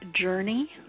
Journey